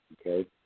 Okay